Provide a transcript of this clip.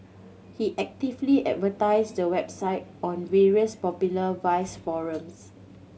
he actively advertised the website on various popular vice forums